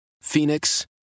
Phoenix